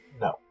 No